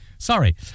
Sorry